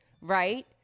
right